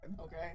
Okay